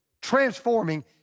transforming